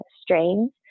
strains